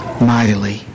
mightily